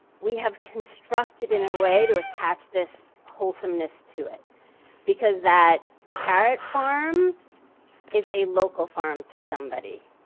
we have constructed in a way to attach this wholesomeness to it because that carrot farm is a local farm to somebody.